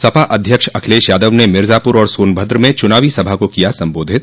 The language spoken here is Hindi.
सपा अध्यक्ष अखिलेश यादव ने मिर्जापुर और सोनभद्र में चुनावी सभा को किया सम्बोधित